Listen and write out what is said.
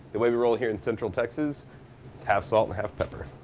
the way we roll here in central texas is half salt and half pepper.